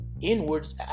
inwards